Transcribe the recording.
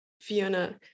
Fiona